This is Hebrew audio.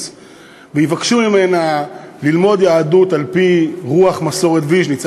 ויבקשו ממנה ללמוד יהדות על-פי רוח מסורת ויז'ניץ.